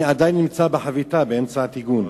אני עדיין נמצא בחביתה, באמצע הטיגון.